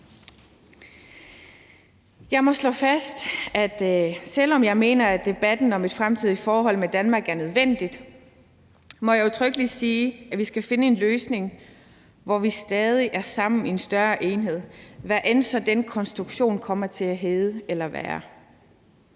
Jeg må slå fast, at selv om jeg mener, at debatten om et fremtidigt forhold med Danmark er nødvendig, må jeg udtrykkelig sige, at vi skal finde en løsning, hvor vi stadig er sammen i en større enhed, hvad end den konstruktion kommer til at hedde eller være.